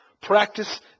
practice